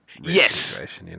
yes